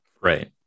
Right